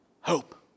hope